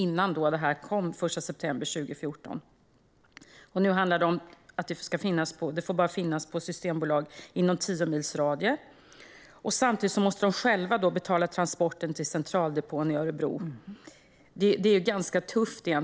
Nu får de bara finnas på systembolag inom tio mils radie, samtidigt som de själva måste betala transporten till centraldepån i Örebro.